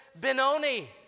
Benoni